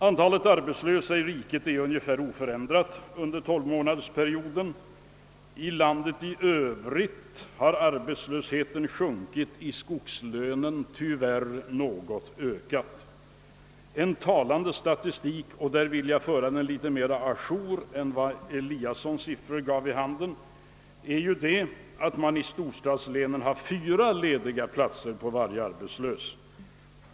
Antalet arbetslösa i riket är ungefär oförändrat i jämförelse med läget för 12 månader sedan. I skogslänen har arbetslösheten tyvärr ökat något, men i landet i övrigt har den sjunkit. En talande uppgift är — här vill jag föra statistiken litet mer å jour än herr Eliassons siffror att storstadslänen har fyra platser på varje arbetslös.